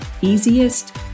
easiest